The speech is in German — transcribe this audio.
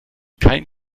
kein